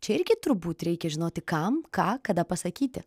čia irgi turbūt reikia žinoti kam ką kada pasakyti